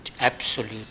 Absolute